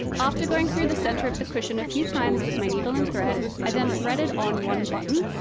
after going through the center of the question a few times with my needle and thread, i then threaded on one button,